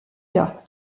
cas